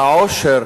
לעושר